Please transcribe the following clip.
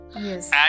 Yes